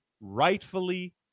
rightfully